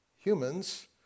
humans